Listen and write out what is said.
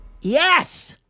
Yes